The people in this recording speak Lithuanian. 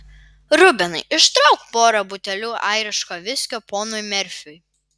rubenai ištrauk porą butelių airiško viskio ponui merfiui